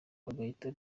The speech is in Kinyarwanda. agahita